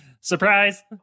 surprise